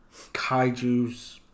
kaijus